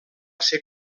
ésser